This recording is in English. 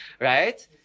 right